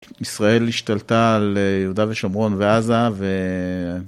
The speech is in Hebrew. ישראל השתלטה על יהודה ושומרון ועזה. ו..